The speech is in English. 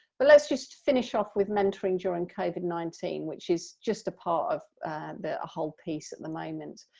but let's just finish off with mentoring during covid nineteen, which is just a part of the whole piece at the moment.